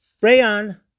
Rayon